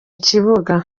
kibuga